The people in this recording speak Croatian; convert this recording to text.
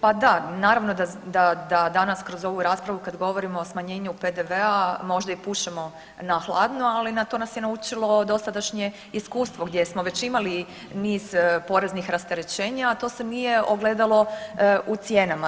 Pa da, naravno da danas kroz ovu raspravu kad govorimo o smanjenju PDV-a možda i pušemo na hladno, ali to nas je naučilo dosadašnje iskustvo gdje smo već imali niz poreznih rasterećenja, a to se nije ogledalo u cijenama.